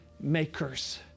makers